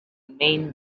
main